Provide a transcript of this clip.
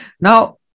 Now